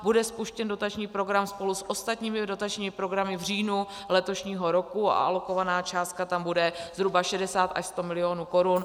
Bude spuštěn dotační program spolu s ostatními dotačními programy v říjnu letošního roku a alokovaná částka tam bude zhruba 60 až 100 milionů korun.